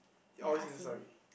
always Insta Story